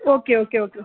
okay okay okay